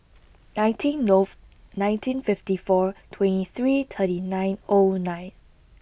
nineteen Nov nineteen fifty four twenty three thirty nine O nine